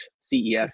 CES